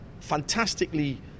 Fantastically